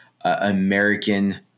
American